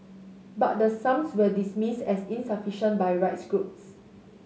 but the sums were dismissed as insufficient by rights groups